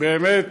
באמת,